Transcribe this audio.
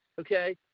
okay